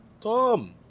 Tom